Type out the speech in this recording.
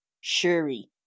Shuri